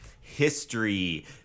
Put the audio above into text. history